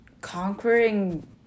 conquering